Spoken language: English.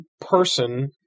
person